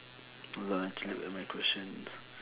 hold on ah I check out my questions